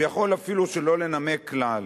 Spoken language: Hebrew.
ויכול אפילו שלא לנמק כלל